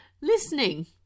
Listening